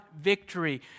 victory